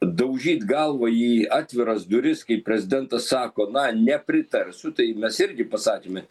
daužyt galvą į atviras duris kai prezidentas sako na nepritarsiu tai mes irgi pasakėme